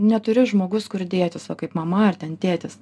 neturi žmogus kur dėtis mama ar ten tėtis